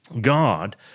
God